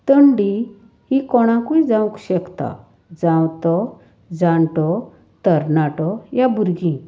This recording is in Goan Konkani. थंडी ही कोणाकूय जावंक शकता जावं तो जाणटो तरणाटो ह्या भुरगीं